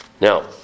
Now